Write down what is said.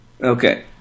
okay